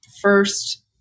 first